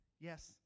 Yes